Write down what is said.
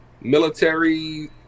military